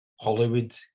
Hollywood